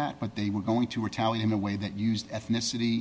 that but they were going to retaliate in a way that used ethnicity